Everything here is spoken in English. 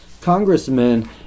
congressmen